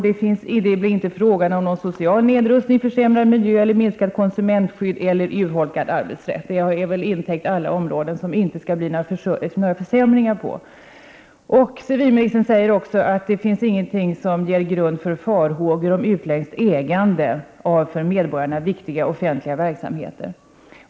Det blir inte heller fråga om social nedrustning, försämrad miljö, minskat konsumentskydd eller urholkad arbetsrätt. Då är väl alla områden intäckta som det inte skall bli några försämringar på. Civilministern säger också att det inte finns någon grund för farhågor om utländskt ägande av för medborgarna viktiga offentliga verksamheter.